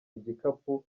igikapu